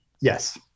Yes